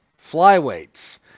Flyweights